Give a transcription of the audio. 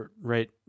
right